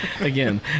Again